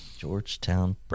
Georgetown